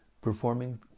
performing